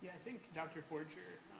i think dr. forger.